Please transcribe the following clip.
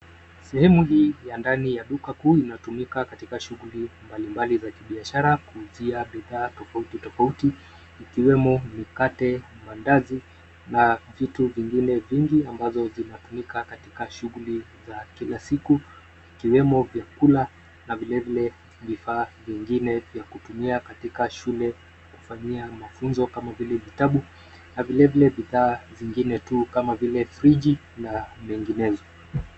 Sehemu hii ya ndani ya duka kuu inatumika katika shughuli mbalimbali za kibiashara kupitia bidhaa tofautitofauti ikiwemo mikate, maandazi na vitu vingine vingi ambazo zinatumika katika shughuli za kila siku ikiwemo vyakula na vilevile vifaa vingine vya kutumia katika shule kufanyia mafunzo kama vile vitabu na vilevile bidhaa zingine tu kama vile friji na menginezo.